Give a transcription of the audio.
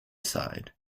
side